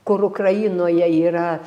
kur ukrainoje yra